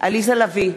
עליזה לביא,